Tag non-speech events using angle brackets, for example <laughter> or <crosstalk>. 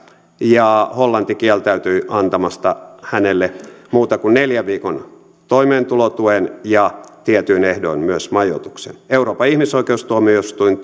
ja hollanti kieltäytyi antamasta hänelle muuta kuin neljän viikon toimeentulotuen ja tietyin ehdoin myös majoituksen euroopan ihmisoikeustuomioistuin <unintelligible>